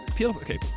Okay